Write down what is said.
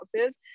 houses